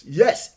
yes